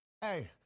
Hey